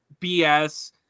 BS